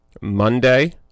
Monday